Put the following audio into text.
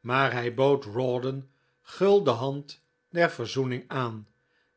maar hij bood rawdon gul de hand der verzoening aan